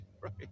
right